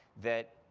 that,